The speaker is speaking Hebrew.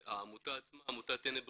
העמותה עצמה, עמותת טנא בריאות,